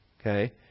okay